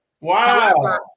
Wow